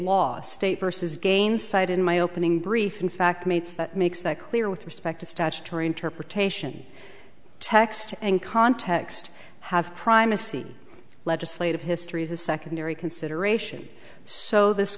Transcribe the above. laws state versus gain side in my opening brief in fact mates that makes that clear with respect to statutory interpretation text and context have primacy legislative history is a secondary consideration so this